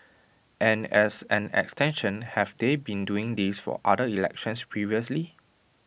and as an extension have they been doing this for other elections previously